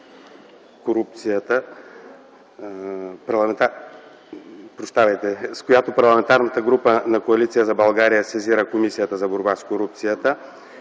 с която Парламентарната група на Коалиция за България сезира Комисията за борба с корупцията,